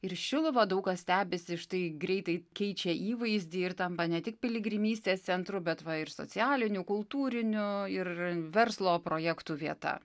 ir šiluvą daug kas stebisi štai greitai keičia įvaizdį ir tampa ne piligrimystės centru bet va ir socialinių kultūrinių ir verslo projektų vieta